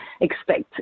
expect